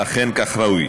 אכן, כך ראוי.